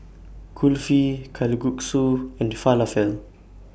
Kulfi Kalguksu and Falafel